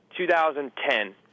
2010